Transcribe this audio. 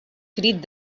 crit